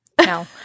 No